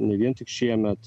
ne vien tik šiemet